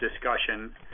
discussion